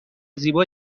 زیبا